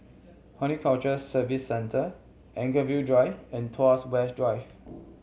Horticulture Services Centre Anchorvale Drive and Tuas West Drive